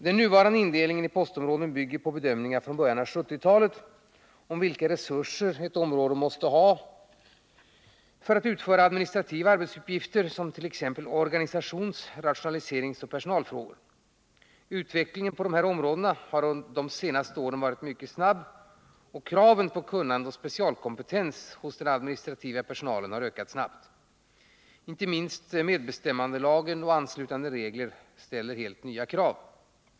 Den nuvarande indelningen i postområden bygger på bedömningar från början av 1970-talet om vilka resurser ett postområde måste ha för utförande av administrativa arbetsuppgifter som handläggande av organisations-, rationaliseringsoch personalfrågor. Utvecklingen inom dessa områden har under de senaste åren varit mycket snabb, och kraven på kunnande och specialkompetens hos den administrativa personalen har ökat snabbt. Inte minst medbestämmandelagen och anslutande regler ställer helt nya krav.